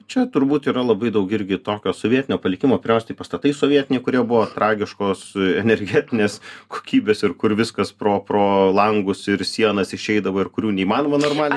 čia turbūt yra labai daug irgi tokio sovietinio palikimo pirmiausiai tai pastatai sovietiniai kurie buvo tragiškos energetinės kokybės ir kur viskas pro pro langus ir sienas išeidavo ir kurių neįmanoma normaliai